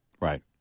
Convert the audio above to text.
right